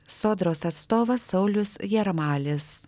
sodros atstovas saulius jarmalis